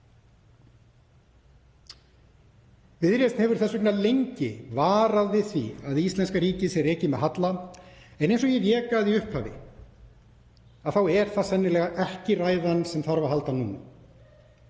Viðreisn hefur þess vegna lengi varað við því að íslenska ríkið sé rekið með halla en eins og ég vék að í upphafi þá er það sennilega ekki ræðan sem þarf á að halda núna.